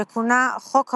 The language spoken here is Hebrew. שכונה "חוק הפרוטקשן",